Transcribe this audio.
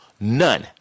None